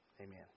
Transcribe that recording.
Amen